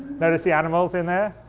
notice the animals in there.